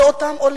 זה אותם עולים,